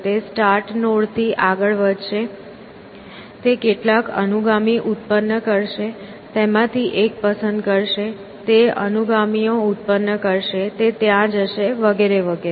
તે સ્ટાર્ટ નોડથી આગળ વધશે તે કેટલાક અનુગામી ઉત્પન્ન કરશે તેમાંથી એક પસંદ કરશે તે અનુગામીઓ ઉત્પન્ન કરશે તે ત્યાં જશે વગેરે વગેરે